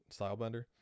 stylebender